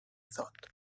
thought